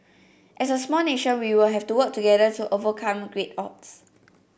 as a small nation we will have to work together to overcome great odds